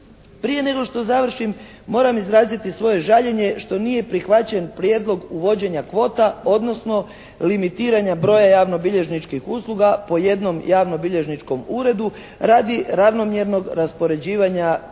Prije nego što završim moram izraziti svoje žaljenje što nije prihvaćen prijedlog uvođenja kvota odnosno limitiranje broja javnobilježničkih usluga po jednom javnobilježničkom uredu radi ravnomjernog raspoređivanja